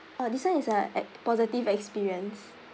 orh this one is a positive experience